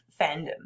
fandom